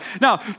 Now